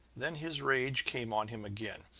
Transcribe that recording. then his rage came on him again.